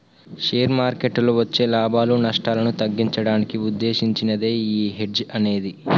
share మార్కెట్టులో వచ్చే లాభాలు, నష్టాలను తగ్గించడానికి వుద్దేశించినదే యీ హెడ్జ్ అనేది